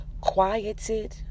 quieted